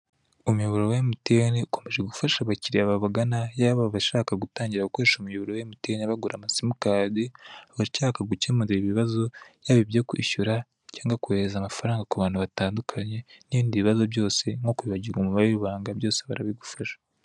Umuyoboro wa emutiyeni ukomeje gufasha abakiriya babagana, yaba abashaka gutangira gukoresha umuyoboro wa emutiyeni bagura amasimu kadi, abashaka gukemura ibibazo, yaba ibyo kwishyura cyangwa kohereza amafaranga ku bantu batandukanye, n'ibindi bibazo byose nko kwibagirwa umubare w'ibanga, byose barabigufasha.